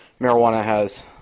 marijuana has